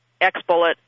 X-bullet